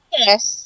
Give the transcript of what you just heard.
yes